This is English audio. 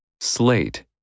Slate